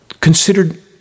considered